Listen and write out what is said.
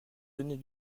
donner